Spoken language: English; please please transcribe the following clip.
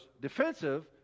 defensive